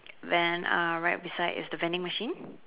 then uh right beside is the vending machine